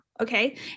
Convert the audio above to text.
Okay